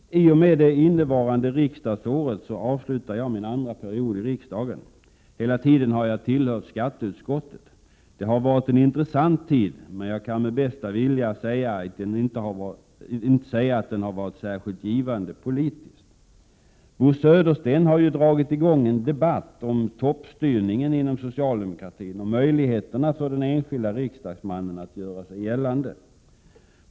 I och med det innevarande riksdagsåret avslutar jag min andra period i riksdagen. Hela tiden har jag tillhört skatteutskottet. Det har varit en intressant tid, men jag kan med bästa vilja inte säga att den har varit särskilt givande politiskt. Bo Södersten har ju dragit i gång en debatt om toppstyrningen inom socialdemokratin och möjligheterna för den enskilde riksdagsmannen att göra sig gällande.